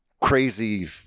crazy